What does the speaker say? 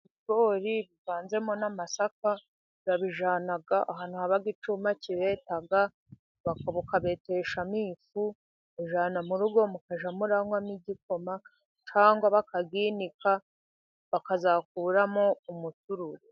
Ibi bogori bivanzemo n'amasaka, urabijyana ahantu haba icyuma kibeta bakabeteshamo ifu mujyana mu rugo, mukajya munwamo igikoma cyangwa bakabyinika bakazakuramo umusururu.